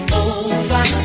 over